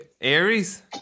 Aries